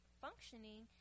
functioning